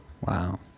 Wow